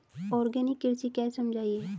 Organic कृषि क्या है समझाइए?